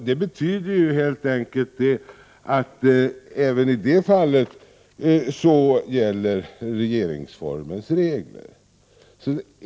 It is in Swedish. Det betyder helt enkelt att även i detta fall gäller regeringsformens regler.